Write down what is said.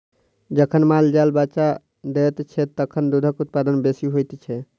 जखन माल जाल बच्चा दैत छै, तखन दूधक उत्पादन बेसी होइत छै